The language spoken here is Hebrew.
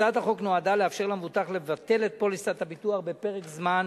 הצעת החוק נועדה לאפשר למבוטח לבטל את פוליסת הביטוח בפרק זמן